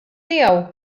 tiegħu